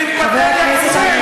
תתפטר,